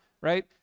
right